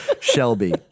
Shelby